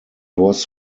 was